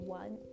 one